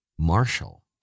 Marshall